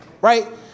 Right